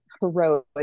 heroic